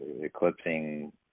eclipsing